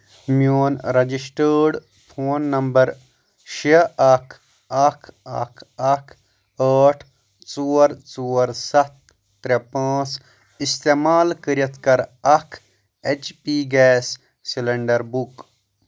میون رجسٹٲڈ phone number شیٚے اکھ اکھ اکھ اکھ ٲٹھ ژور ژور سَتھ ترٛے پانٛژھ استعمال کٔرِتھ کَر اکھ H P gas cylinder book